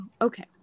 Okay